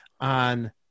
on